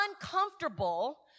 uncomfortable